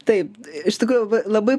taip iš tikrųjų labai